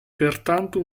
pertanto